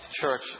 church